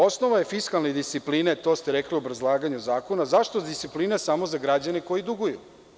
Osnova je fiskalne discipline, to ste rekli u obrazlaganju zakona, zašto disciplina samo za građane koji duguju?